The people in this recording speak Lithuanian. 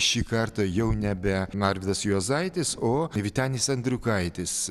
šį kartą jau nebe arvydas juozaitis o vytenis andriukaitis